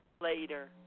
later